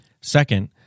Second